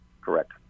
correct